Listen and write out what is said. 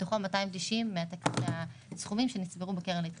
מתוכם 290 אלה סכומים שנצברו בקרן להתחדשות עירונית.